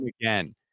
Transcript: again